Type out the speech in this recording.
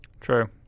True